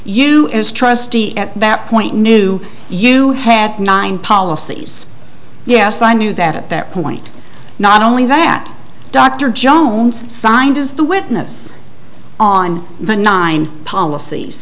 you as trustee at that point knew you had nine policies yes i knew that at that point not only that dr jones signed as the witness on the nine policies